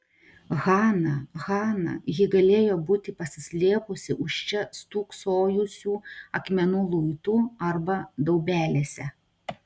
hana hana ji galėjo būti pasislėpusi už čia stūksojusių akmenų luitų arba daubelėse